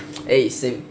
eh same